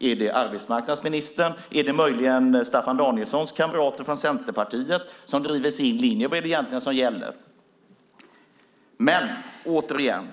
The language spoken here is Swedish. Är det arbetsmarknadsministern eller möjligen Staffan Danielssons kamrater från Centerpartiet som driver sin linje? Vad är det egentligen som gäller? Jag undrar återigen